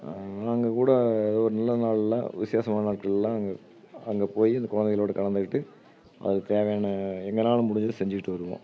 நாங்கள் கூட அது ஒரு நல்ல நாளில் விசேஷமான நாட்கள்லாம் அங்கே அங்கே போய் அந்த குழந்தைங்களோட கலந்துக்கிட்டு அதுக்கு தேவையான எங்களால முடிஞ்சதை செஞ்சிகிட்டு வருவோம்